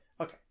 Okay